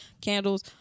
candles